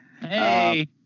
Hey